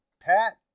Pat